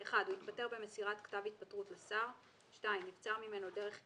(1) הוא התפטר במסירת כתב התפטרות לשר; (2) נבצר ממנו דרך קבע,